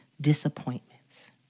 disappointments